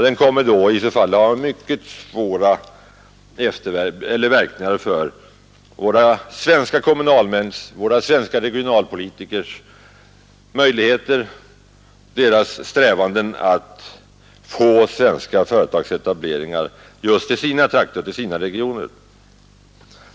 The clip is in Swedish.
Den kommer i så fall att ha svåra verkningar för våra svenska kommunalmäns och regionalpolitikers strävanden att få svenska företagsetableringar just till sina regioner.